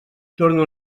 torno